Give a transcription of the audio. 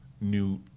new